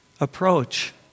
approach